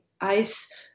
ice